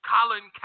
Colin